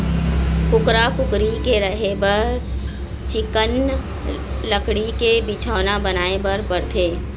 कुकरा, कुकरी के रहें बर चिक्कन लकड़ी के बिछौना बनाए बर परथे